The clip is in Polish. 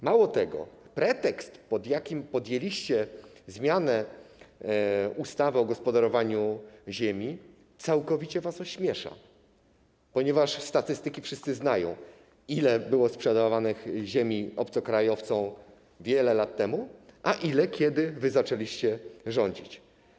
Mało tego, pretekst, pod jakim podjęliście się zmiany ustawy o gospodarowaniu ziemi, całkowicie was ośmiesza, ponieważ statystyki wszyscy znają, ile ziemi było sprzedawanej obcokrajowcom wiele lat temu, a ile, kiedy wy zaczęliście rządzić.